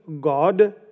God